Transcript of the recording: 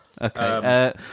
Okay